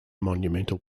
monumental